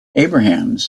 abrahams